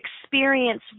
experience